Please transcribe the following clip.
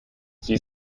sie